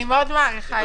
אני מאוד מעריכה את זה.